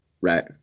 right